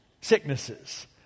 sicknesses